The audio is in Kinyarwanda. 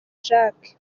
jacques